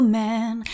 man